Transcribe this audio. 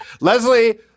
Leslie